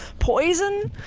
poison,